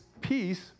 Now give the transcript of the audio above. peace